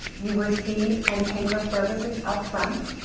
you receive and pay for services upfront,